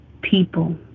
people